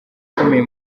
akomeye